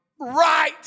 Right